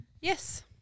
Yes